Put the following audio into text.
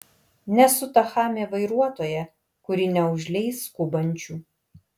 nesu ta chamė vairuotoja kuri neužleis skubančių